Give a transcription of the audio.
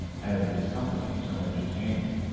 and his company so entertaining,